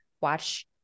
watch